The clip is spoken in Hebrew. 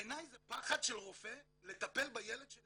בעיניי זה פחד של רופא לטפל בילד שלי.